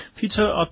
Peter